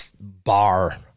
bar